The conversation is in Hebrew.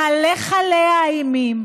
להלך עליה אימים,